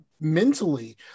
mentally